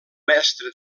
mestra